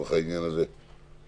לצורך העניין הזה.